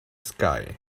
sky